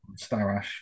Starash